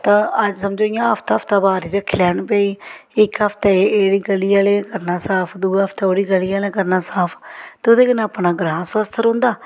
ते अज्ज समझो इ'यां हफ्ता हफ्ता बारी रक्खी लैन भाई इक हफ्ते एह्ड़ी ग'ली आह्ले करना साफ दूए हफ्ते ओह् ग'ली आह्ले करना साफ ते ओह्दे कन्नै अपना ग्रांऽ स्वस्थ रौंह्दा